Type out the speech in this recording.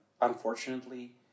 unfortunately